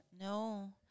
No